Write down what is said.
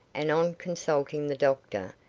and on consulting the doctor,